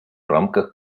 рамках